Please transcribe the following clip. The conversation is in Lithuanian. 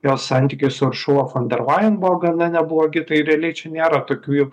jos santykis su ursula von der leyen buvo gana neblogi tai realiai čia nėra tokių